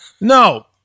No